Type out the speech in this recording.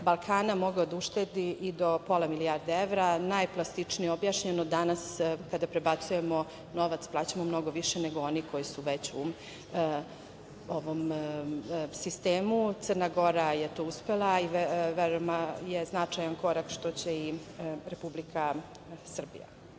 Balkana mogao da uštedi i do pola milijarde evra. Najplastičnije objašnjeno, danas kada prebacujemo novac, plaćamo mnogo više nego oni koji su već u sistemu. Crna Gora je to uspela i veoma je značajan korak što će i Republika Srbija. Plan